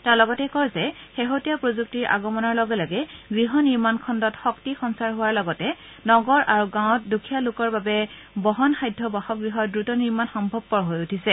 তেওঁ লগতে কয় যে শেহতীয়া প্ৰযুক্তিৰ আগমনৰ লগে লগে গৃহ নিৰ্মাণ খণ্ডত শক্তি সঞ্চাৰ হোৱাৰ লগতে নগৰ আৰু গাঁৱত দুখীয়া লোকৰ বাবে বহনসাধ্য বাসগৃহৰ দ্ৰুত নিৰ্মাণ সম্ভৱপৰ হৈ উঠিছে